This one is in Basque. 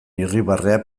irribarrea